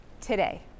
today